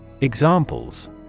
Examples